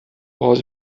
باز